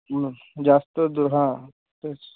हं जास्त तेच